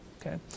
Okay